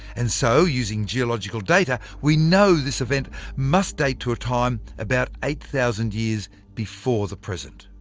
and so, using geological data, we know this event must date to a time about eight thousand years before the present.